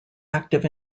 active